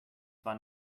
zwar